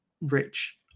Rich